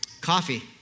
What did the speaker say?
coffee